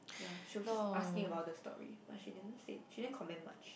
ya she was just asking about the story but she didn't say she didn't comment much